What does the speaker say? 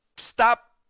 stop